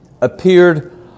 appeared